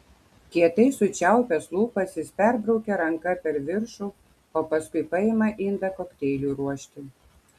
kietai sučiaupęs lūpas jis perbraukia ranka per viršų o paskui paima indą kokteiliui ruošti